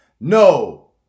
No